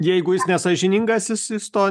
jeigu jis nesąžiningasjis jis to